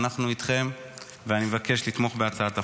אנחנו איתכן ואני מבקש לתמוך בהצעת החוק.